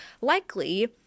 likely